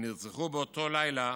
הם נרצחו באותו לילה,